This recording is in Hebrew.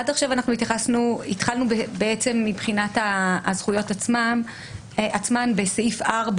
עד עכשיו אנחנו התחלנו מבחינת הזכויות עצמן בסעיף 4,